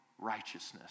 righteousness